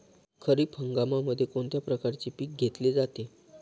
खरीप हंगामामध्ये कोणत्या प्रकारचे पीक घेतले जाते?